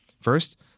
First